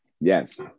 yes